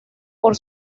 por